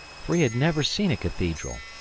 for he had never seen a cathedral,